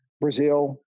Brazil